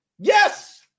Yes